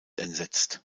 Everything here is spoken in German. entsetzt